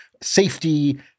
safety